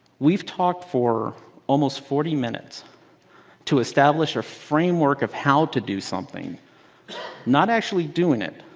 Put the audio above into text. we've talked for almost forty minutes to establish a framework of how to do something not actually doing it.